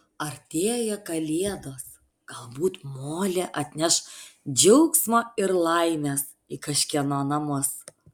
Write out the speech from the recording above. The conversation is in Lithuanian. artėja kalėdos galbūt molė atneš džiaugsmo ir laimės į kažkieno namus